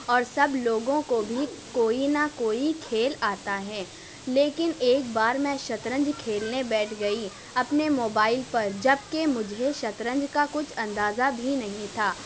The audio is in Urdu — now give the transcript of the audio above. اور سب لوگوں کو بھی کوئی نہ کوئی کھیل آتا ہے لیکن ایک بار میں شطرنج کھیلنے بیٹھ گئی اپنے موبائل پر جب کہ مجھے شطرنج کا کچھ اندازہ بھی نہیں تھا